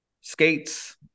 skates